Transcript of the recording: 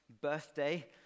birthday